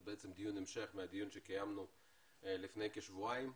זה דיון המשך לדיון שקיימנו לפני כשבועיים.